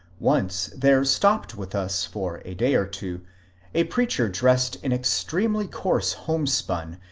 once there stopped with us for a day or two a preacher dressed in ex tremely coarse homespun,